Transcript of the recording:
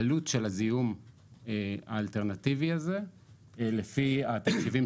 העלות של הזיהום האלטרנטיבי הזה לפי התחשיבים